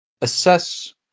assess